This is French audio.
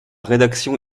rédaction